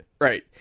Right